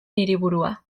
hiriburua